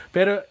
Pero